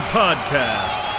podcast